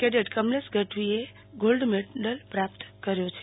cadet Kamlesh ગઢવીએ જીતી gold medal પ્રાપ્ત કર્યો છે